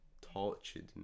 tortured